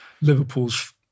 Liverpool's